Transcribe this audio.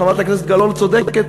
חברת הכנסת גלאון צודקת,